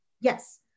Yes